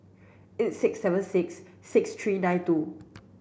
eight six seven six six three nine two